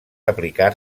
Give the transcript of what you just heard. aplicar